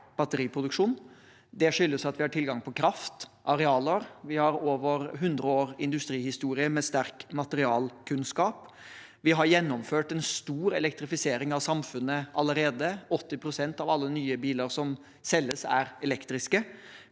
batteriproduksjon. Det skyldes at vi har tilgang på kraft og arealer, og vi har over 100 år industrihistorie med sterk materialkunnskap. Vi har gjennomført en stor elektrifisering av samfunnet allerede. 80 pst. av alle nye biler som selges, er elektriske.